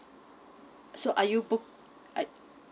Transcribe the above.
so are you book